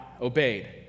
obeyed